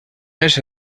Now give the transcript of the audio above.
ese